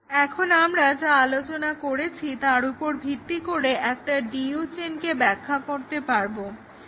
এখন আমরা যা আলোচনা করেছি তার উপর ভিত্তি করে একটা DU চেনকে ব্যাখ্যা করতে পারব